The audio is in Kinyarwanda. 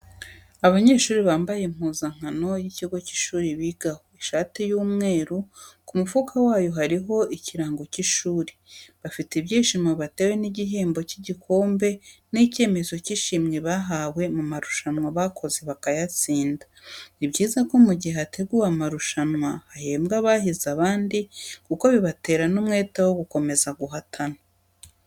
Abanyeshuri bambaye impuzankano y'ikigo cy'ishuri bigaho, ishati y'umweru, ku mufuka wayo hariho ikirango cy'ishuri, bafite ibyishimo batewe n'igihembo cy'igikombe n'icyemezo cy'ishimwe bahawe mu marushanwa bakoze bakayatsinda. Ni byiza ko mu gihe hateguwe amarushanwa hahembwa abahize abandi kuko bibatera n'umwete wo gukomeza guhatana.